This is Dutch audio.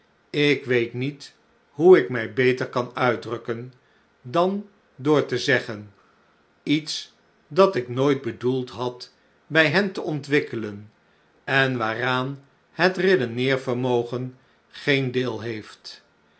ik weet niet hoe ik mij beter kan uitdrukken dan door te zeggen iets dat ik nooit bedoeld had bij hen te ontwikkelen en waaraan het redeneervermogen geen deel heeffc